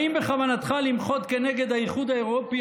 1. האם בכוונתך למחות כנגד האיחוד האירופי